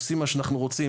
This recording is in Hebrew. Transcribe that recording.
עושים מה שאנחנו רוצים,